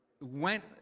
went